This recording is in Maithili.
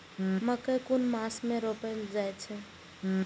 मकेय कुन मास में रोपल जाय छै?